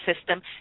system